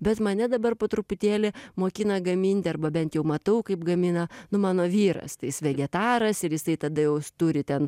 bet mane dabar po truputėlį mokina gaminti arba bent jau matau kaip gamina nu mano vyras tai jis vegetaras ir jisai tada jau turi ten